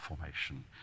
formation